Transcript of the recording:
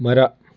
ಮರ